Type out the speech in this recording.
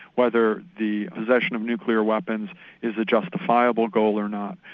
whether the possession of nuclear weapons is a justifiable goal or not,